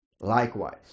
Likewise